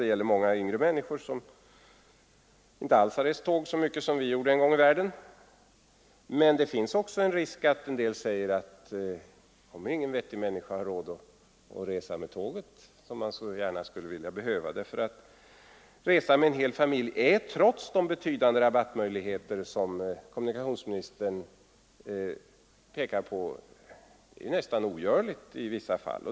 Det gäller många yngre människor som inte alls har rest med tåg så mycket som vi gjorde en gång i tiden. Men det finns också risk att en del säger att ingen vettig människa har råd att resa med tåg, vilket man gärna skulle vilja och behöva. Att åka tåg med en hel familj är, trots de betydande rabattmöjligheter som kommunikationsministern pekar på, nästan ogörligt i vissa fall.